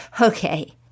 Okay